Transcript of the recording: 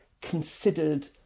considered